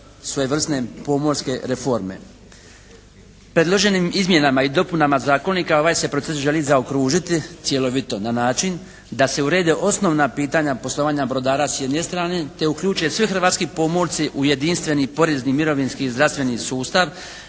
svojevrsne pomorske reforme. Predloženim izmjenama i dopunama zakonika ovaj se proces želi zaokružiti cjelovito na način da se urede osnovna pitanja poslovanja brodara s jedne strane, te uključe svi hrvatski pomorci u jedinstveni porezni, mirovinski i zdravstveni sustav